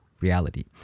reality